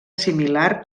similar